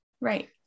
Right